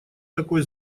такой